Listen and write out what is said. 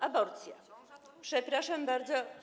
Aborcja, przepraszam bardzo.